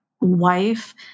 wife